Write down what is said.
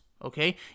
Okay